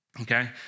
Okay